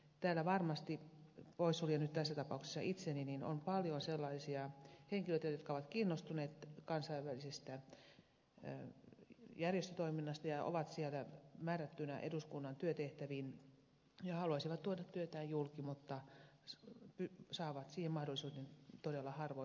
täällä varmasti poissuljen nyt tässä tapauksessa itseni on paljon sellaisia henkilöitä jotka ovat kiinnostuneita kansainvälisestä järjestötoiminnasta ja ovat siellä määrättyinä eduskunnan työtehtäviin ja haluaisivat tuoda työtään julki mutta saavat siihen mahdollisuuden todella harvoin